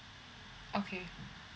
okay